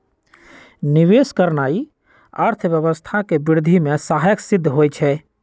निवेश करनाइ अर्थव्यवस्था के वृद्धि में सहायक सिद्ध होइ छइ